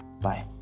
Bye